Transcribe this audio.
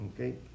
okay